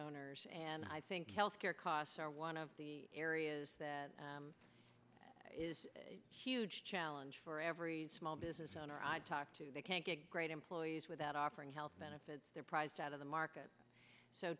owners and i think health care costs are one of the areas that is huge challenge for every small business owner i talk to they can't get great employees without offering health benefits their prized out of the market so